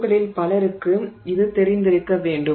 உங்களில் பலருக்கு இது தெரிந்திருக்க வேண்டும்